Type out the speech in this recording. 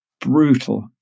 brutal